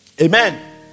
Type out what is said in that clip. Amen